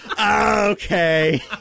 Okay